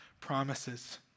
promises